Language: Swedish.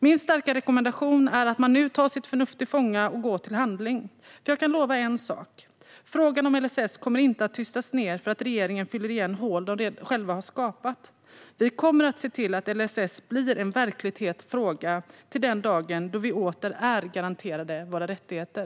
Min starka rekommendation är att man nu tar sitt förnuft till fånga och går till handling. Jag kan lova en sak: Frågan om LSS kommer inte att tystas ned för att regeringen fyller igen hål som den själv har skapat. Vi kommer att se till att LSS blir en verkligt het fråga till den dag då vi åter är garanterade våra rättigheter.